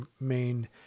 main